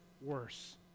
Worse